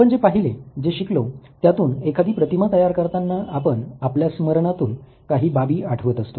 आपण जे पहिले जे शिकलो त्यातून एखादी प्रतिमा तयार करताना आपण आपल्या स्मरणातून काही बाबी आठवत असतो